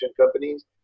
companies